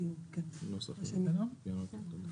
האלו רצות על כל החוק.